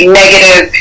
negative